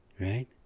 right